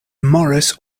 morris